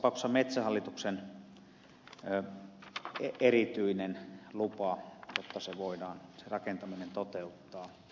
tarvittaisiin tässä tapauksessa metsähallituksen erityinen lupa jotta se rakentaminen voidaan toteuttaa